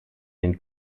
den